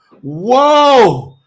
whoa